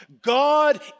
God